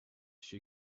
she